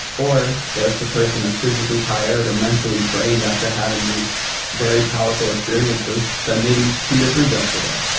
or if the person is physically tired or mentally drained after having these very powerful experiences, then maybe two to three jumps a day.